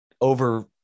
over